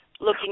looking